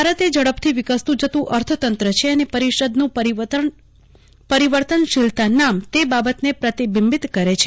ભારત એ ઝડપથી વિકસતુ જતુ અર્થતંત્ર છે અને પરિષદનું પરિવર્તનશીલતા નામ તે બાબતને પ્રતિબિંબિત કરે છે